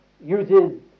uses